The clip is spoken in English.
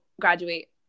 graduate